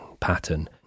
pattern